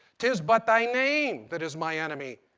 tis but thy name that is my enemy.